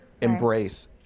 embrace